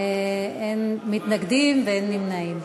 אין מתנגדים ואין נמנעים.